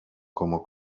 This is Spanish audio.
como